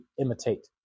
imitate